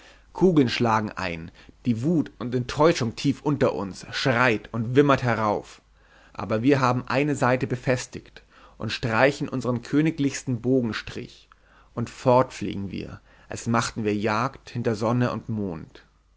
kugeln schlagen ein die wut und enttäuschung tief unter uns schreit und wimmert herauf aber wir haben eine saite befestigt und streichen unsern königlichsten bogenstrich und fort fliegen wir als machten wir jagd hinter sonne und mond